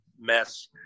mess